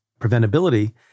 preventability